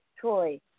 Troy